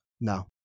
no